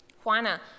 Juana